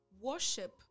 worship